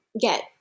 get